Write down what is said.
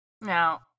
Now